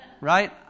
Right